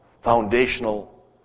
Foundational